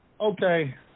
Okay